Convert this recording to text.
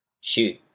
shoot